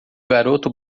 garoto